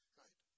right